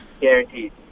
Guaranteed